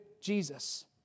Jesus